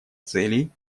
целей